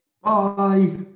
Bye